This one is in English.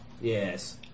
Yes